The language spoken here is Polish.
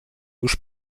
już